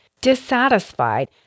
dissatisfied